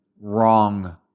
wrong